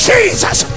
Jesus